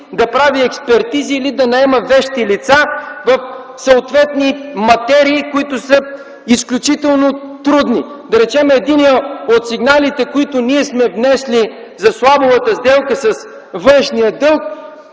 да прави експертизи или да наема вещи лица в съответни материи, които са изключително трудни. Да речем, единият от сигналите, в които ние сме влезли – за сделката с външния дълг,